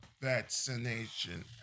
vaccination